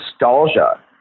nostalgia